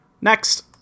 Next